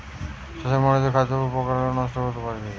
চাষের মাটিতে বা খাদ্যে যে পোকা লেগে খাবার নষ্ট করতে পারতিছে